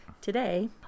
Today